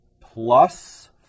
plus